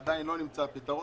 עדיין לא נמצא פתרון,